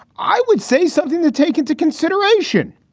i would say something to take into consideration.